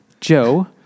Joe